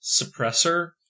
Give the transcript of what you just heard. suppressor